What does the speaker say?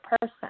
person